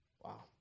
Wow